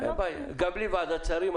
גם בלי ועדת שרים,